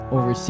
Over